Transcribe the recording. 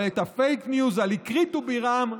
אבל הפייק-ניוז על איקרית ובירעם,